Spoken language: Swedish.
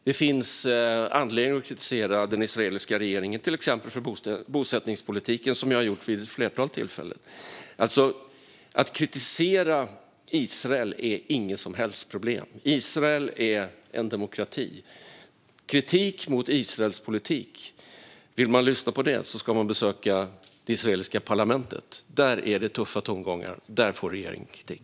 Det finns anledning att kritisera den israeliska regeringen, till exempel för bosättningspolitiken, vilket jag har gjort vid ett flertal tillfällen. Att kritisera Israel är inget som helst problem. Israel är en demokrati. Om man vill lyssna på kritik mot Israels politik ska man besöka det israeliska parlamentet. Där är det tuffa tongångar. Där får regeringen kritik.